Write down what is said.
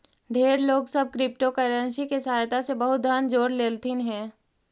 ढेर लोग सब क्रिप्टोकरेंसी के सहायता से बहुत धन जोड़ लेलथिन हे